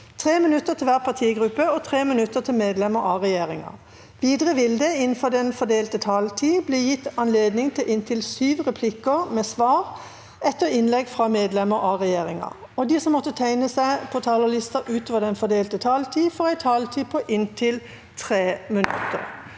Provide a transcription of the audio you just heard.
3 minutter til hver partigruppe og 3 minutter til medlemmer av regjeringa. Videre vil det – innenfor den fordelte taletid – bli gitt anledning til inntil fem replikker med svar etter innlegg fra medlemmer av regjeringa, og de som måtte tegne seg på talerlisten utover den fordelte taletid, får også en taletid på inntil 3 minutter.